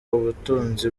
ubutunzi